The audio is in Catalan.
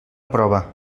prova